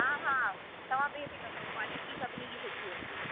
हा हा तव्हां बेफ़िक्र रहो क्वालिटी सभिनी जी सुठी हूंदी